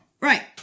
Right